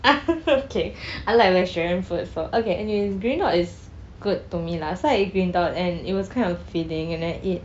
ah okay I like vegetarian food also okay anyways green dot is good to me lah so I ate green dot and it was kind of filling and I eat